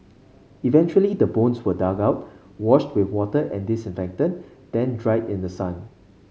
eventually the bones were dug out washed with water and disinfectant then dried in the sun